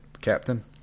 captain